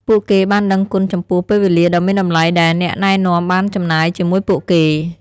ពួកគេបានដឹងគុណចំពោះពេលវេលាដ៏មានតម្លៃដែលអ្នកណែនាំបានចំណាយជាមួយពួកគេ។